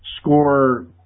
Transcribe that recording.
score